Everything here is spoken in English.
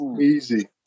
Easy